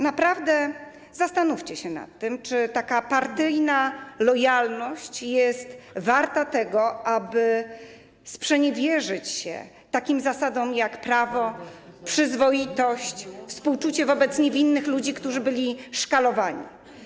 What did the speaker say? Naprawdę zastanówcie się nad tym, czy taka partyjna lojalność jest warta tego, aby sprzeniewierzyć się takim zasadom, jak prawo, przyzwoitość, współczucie wobec niewinnych ludzi, którzy byli szkalowali.